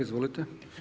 Izvolite.